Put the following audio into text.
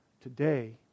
Today